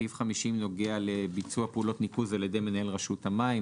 סעיף 50 נוגע לביצוע פעולות ניקוז על ידי מנהל רשות המים.